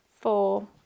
four